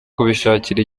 kubishakira